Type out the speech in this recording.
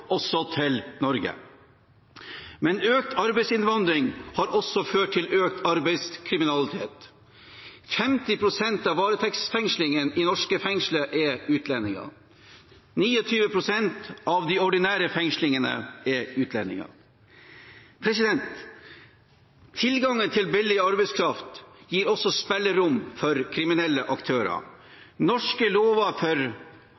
også til Norge. Men økt arbeidsinnvandring har også ført til økt arbeidskriminalitet. 50 pst. av varetektsfengslede i norske fengsler er utlendinger. 29 pst. av de ordinære fengslede er utlendinger. Tilgangen til billig arbeidskraft gir også spillerom for kriminelle aktører. Norske lover for